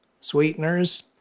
sweeteners